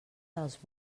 dels